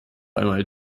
einmal